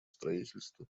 строительства